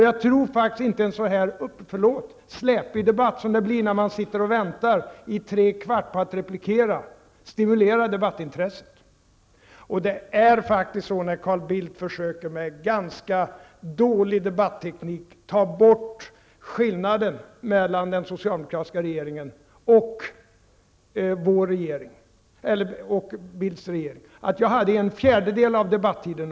Jag tror faktiskt inte att en sådan släpig debatt som det blir fråga om när man sitter och väntar i tre kvart på att replikera stimulerar debattintresset. Carl Bildt försöker med ganska dålig debatteknik ta bort skillnaden mellan den socialdemokratiska regeringen och Bildts regering. Jag hade ungefär en fjärdedel av debattiden.